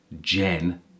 Jen